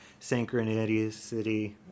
Synchronicity